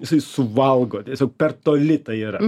jisai suvalgo tiesiog per toli tai yra